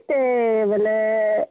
ସେ ବେଲେ